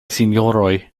sinjoroj